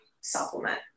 supplement